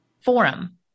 forum